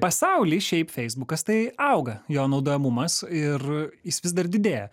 pasauly šiaip feisbukas tai auga jo naudojamumas ir jis vis dar didėja